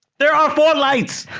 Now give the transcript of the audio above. there are four lights